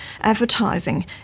advertising